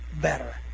better